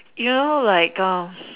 you know like um